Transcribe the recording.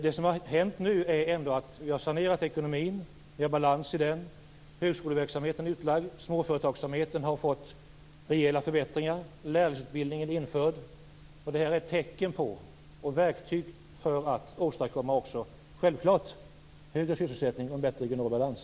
Det som har hänt nu är att vi har sanerat ekonomin, vi har balans i den, högskoleverksamheten är utlagd, småföretagsamheten har fått rejäla förbättringar, lärlingsutbildningen är införd. Det är tecken på och verktyg för att åstadkomma högre sysselsättning och en bättre regional balans.